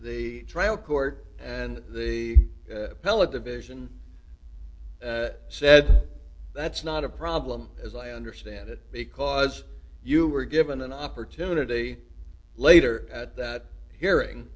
the trial court and the appellate division said that's not a problem as i understand it because you were given an opportunity later at that hearing